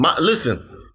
listen